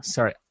Sorry